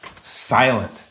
silent